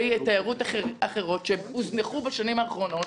תיירות אחרות שהוזנחו בשנים האחרונות.